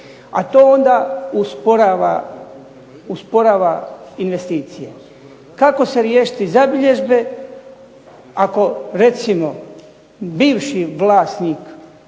A to onda usporava investicije. Kako se riješiti zabilježbe, ako recimo bivši vlasnik